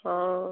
ହେଉ